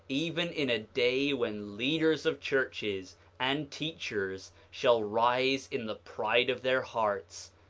even in a day when leaders of churches and teachers shall rise in the pride of their hearts,